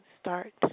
start